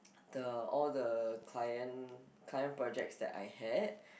the all the client client projects that I had